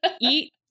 Eat